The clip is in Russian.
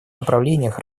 направлениях